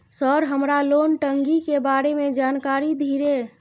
Sir हमरा loan टंगी के बारे में जान कारी धीरे?